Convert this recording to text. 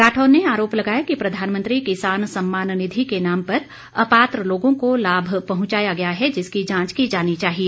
राठौर ने आरोप लगाया कि प्रधानमंत्री किसान सम्मान निधि के नाम पर अपात्र लोगों को लाभ पहुंचाया गया है जिसकी जांच की जानी चाहिए